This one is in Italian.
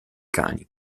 cani